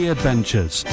Adventures